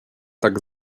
tak